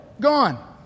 Gone